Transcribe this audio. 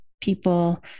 people